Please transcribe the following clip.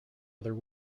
other